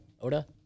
Oda